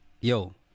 Yo